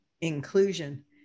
inclusion